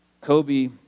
Kobe